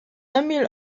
emil